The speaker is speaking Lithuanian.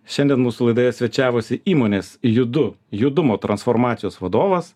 šiandien mūsų laidoje svečiavosi įmonės judu judumo transformacijos vadovas